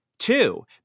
Two